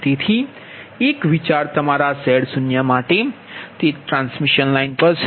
તેથી એક વિચાર તમારા Z0 માટે તે ટ્રાન્સમિશન લાઇન પર છે